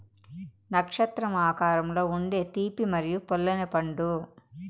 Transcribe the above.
నక్షత్రం ఆకారంలో ఉండే తీపి మరియు పుల్లని పండు